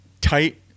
tight